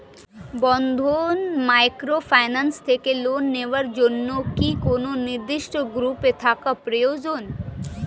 বন্ধন microfinance থেকে loan নেওয়ার জন্য কি কোন নির্দিষ্ট গ্রুপে থাকা প্রয়োজন?